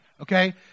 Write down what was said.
Okay